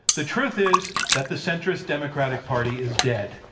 the truth is that the centrist democratic party is dead.